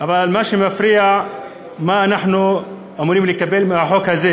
אבל מה שמפריע זה מה שאנחנו אמורים לקבל מהחוק הזה.